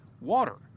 water